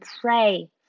pray